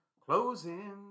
Closing